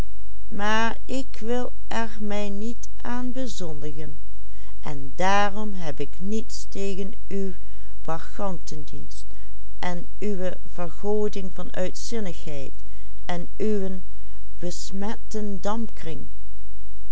daarom heb ik niets tegen uw bacchantendienst en uwe vergoding van uitzinnigheid en uwen besmetten dampkring